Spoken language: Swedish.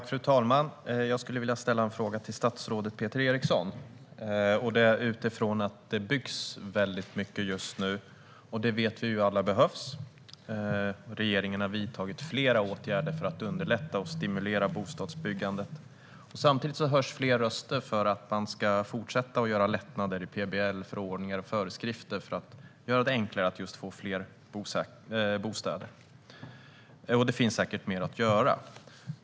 Fru talman! Jag skulle vilja ställa en fråga till statsrådet Peter Eriksson utifrån att det byggs väldigt mycket just nu, och det vet vi ju alla behövs. Regeringen har vidtagit flera åtgärder för att underlätta och stimulera bostadsbyggandet. Samtidigt höjs fler röster för att man ska fortsätta att göra lättnader i PBL-förordningar och föreskrifter för att göra det enklare att få fler bostäder, och det finns säkert mer att göra.